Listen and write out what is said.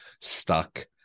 stuck